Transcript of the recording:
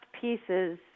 pieces